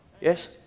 Yes